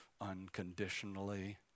unconditionally